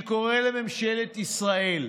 אני קורא לממשלת ישראל,